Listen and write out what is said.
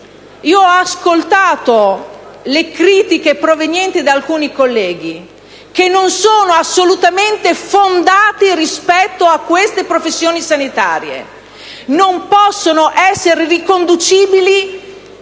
Ho ascoltato le critiche provenienti da alcuni colleghi, che non sono assolutamente fondate rispetto a queste professioni sanitarie, che non possono essere riconducibili